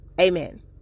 Amen